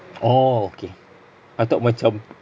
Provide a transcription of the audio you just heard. oh okay I thought macam